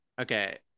Okay